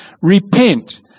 Repent